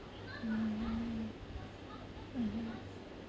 mm mmhmm